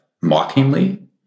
mockingly